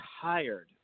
tired